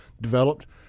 developed